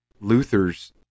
luther's